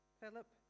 philip